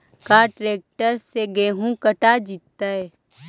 का ट्रैक्टर से गेहूं कटा जितै?